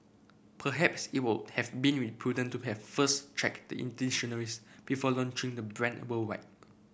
perhaps it would have been prudent to have first checked the in dictionaries before launching the brand worldwide